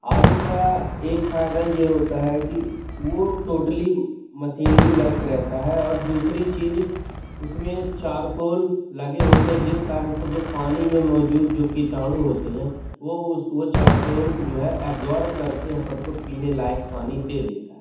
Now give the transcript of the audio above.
are O का एक फ़ायदा ये होता है कि वो टोटली मशीनरी वर्क रहता है और दूसरी चीज़ उस में चारकोल लगे होते हैं जिस कारण से जो पानी में मौजूद जो किटाणु होते हैं वो उस वो चारकोल जो है एबज़ॉर्ब कर के अपन को पीने लायक़ पानी दे देता है